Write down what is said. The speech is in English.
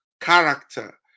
character